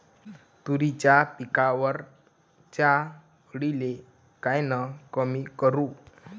तुरीच्या पिकावरच्या अळीले कायनं कमी करू?